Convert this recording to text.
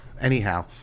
Anyhow